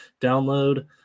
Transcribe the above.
download